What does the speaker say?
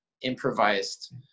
improvised